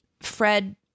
fred